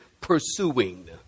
pursuing